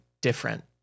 different